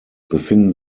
befinden